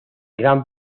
gran